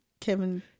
kevin